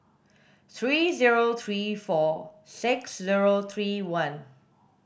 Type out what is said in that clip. three zero three four six zero three one